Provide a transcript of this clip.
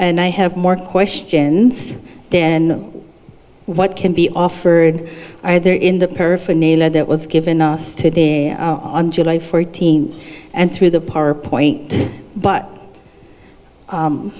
and i have more questions then what can be offered either in the paraphernalia that was given to us today on july fourteenth and through the power point but